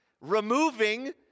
Removing